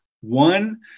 One